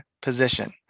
position